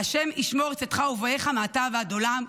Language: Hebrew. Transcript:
ה' ישמֹר צאתך ובואך מעתה ועד עולם".